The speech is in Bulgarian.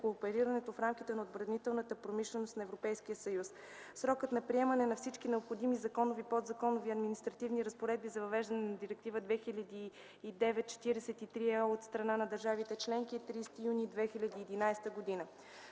кооперирането в рамките на отбранителната промишленост на Европейския съюз. Срокът за приемането на всички необходими законови, подзаконови и административни разпоредби за въвеждане на Директива 2009/43/ЕО от страна на държавите членки е 30 юни 2011 г.